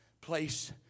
place